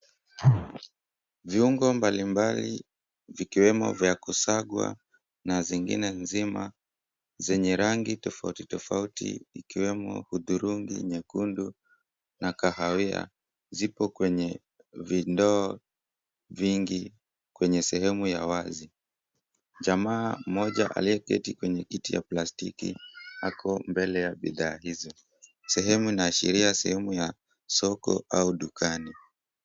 Viungo mbalimbali, vikiwemo vya kusagwa na zingine nzima zenye rangi tofauti tofauti, ikiwemo hudhurungi, nyekundu, na kahawia, zipo kwenye vindoo vingi kwenye sehemu ya wazi. Jamaa mmoja aliyeketi kwenye kiti ya plastiki, ako mbele ya bidhaa hizi. Sehemu inaashiria sehemu ya soko au dukani.